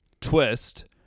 twist